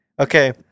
okay